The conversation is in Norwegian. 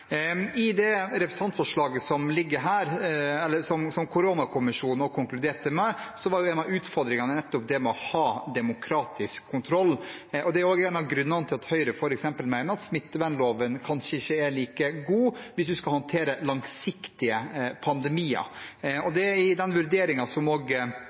det gjelder representantforslaget, konkluderte koronakommisjonen med at en av utfordringene nettopp var det å ha demokratisk kontroll. Det er også en av grunnene til at f.eks. Høyre mener smittevernloven kanskje ikke er like god hvis en skal håndtere langsiktige pandemier.